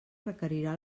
requerirà